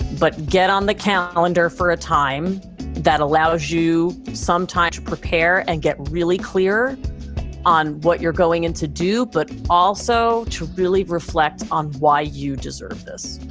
but get on the calendar for a time that allows you some time to prepare and get really clear on what you're going in to do, but also to really reflect on why you deserve this